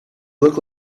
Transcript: looked